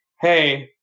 hey